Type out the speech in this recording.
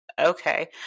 okay